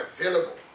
available